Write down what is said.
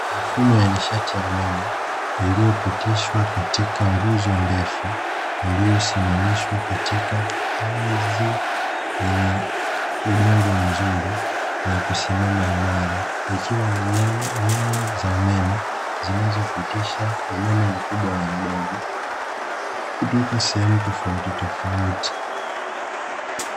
Mifumo ya nishati ya umeme, iliyopitishwa katika nguzo ndefu iliyosimamishwa katika ardhi yenye udongo mzuri na kusimama imara. Ikiwa na nyaya za umeme zinazopitisha umeme mkubwa na mdogo kutoka sehemu tofautitofauti.